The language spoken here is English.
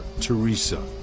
Teresa